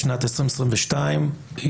בשנת 2022,